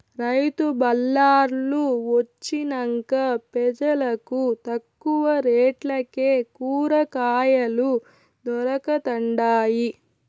రైతు బళార్లు వొచ్చినంక పెజలకు తక్కువ రేట్లకే కూరకాయలు దొరకతండాయి